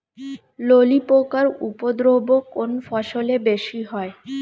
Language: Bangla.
ললি পোকার উপদ্রব কোন ফসলে বেশি হয়?